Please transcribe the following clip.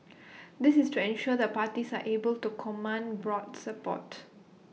this is to ensure the parties are able to command broad support